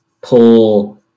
pull